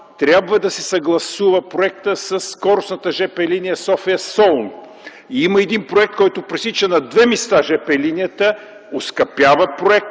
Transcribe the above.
трябва да се съгласува със скоростната жп линия София – Солун. Има един проект, който пресича на две места жп линията, оскъпява проекта